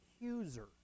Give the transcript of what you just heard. accuser